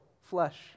flesh